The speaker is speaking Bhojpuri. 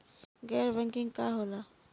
गैर बैंकिंग का होला?